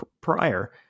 prior